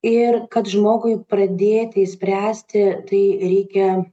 ir kad žmogui pradėti išspręsti tai reikia